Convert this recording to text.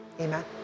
Amen